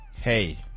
Hey